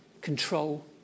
Control